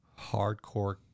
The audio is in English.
hardcore